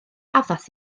addas